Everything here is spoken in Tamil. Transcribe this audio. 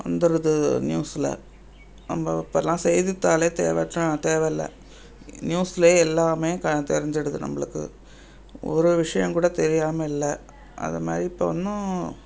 வந்துடுது நியூஸுல நம்ப இப்போல்லாம் செய்தித்தாளே தேவை தேவயில்ல நியூஸில் எல்லாமே க தெரிஞ்சுடுது நம்பளுக்கு ஒரு விஷயம் கூட தெரியாமல் இல்லை அது மாதிரி இப்போ இன்னும்